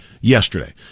yesterday